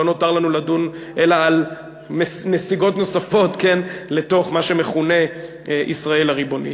לא נותר לנו לדון אלא על נסיגות נוספות לתוך מה שמכונה ישראל הריבונית.